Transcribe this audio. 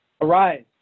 Arise